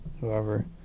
Whoever